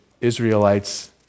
Israelites